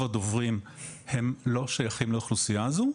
הדוברים הם לא שייכים לאוכלוסייה הזו,